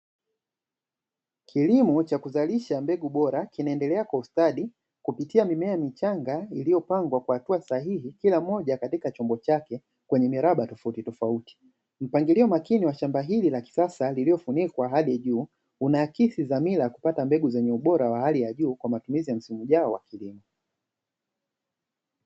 Kilimo cha kuzalisha mbegu bora ,kinaendela kwa ustadi kupitia mimea michanga iliyopangwa kwa hatua sahihi kila moja katika chombo chake kwenye miraba tofauti tofauti. Mpangilio makini wa shamba hili la kisasa lilofunikwa hadi juu , unaakisi dhamira ya kupata mbegu zenye ubora wa hali ya juu kwa matumizi ya msimu ujao .